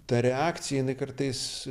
ta reakcija jinai kartais